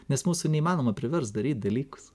nes mūsų neįmanoma priverst daryt dalykus